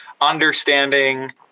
understanding